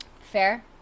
fair